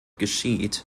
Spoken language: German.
geschieht